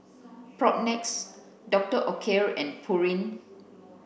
Propnex Doctor Oetker and Pureen